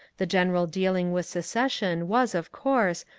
the general dealing with secession was of course,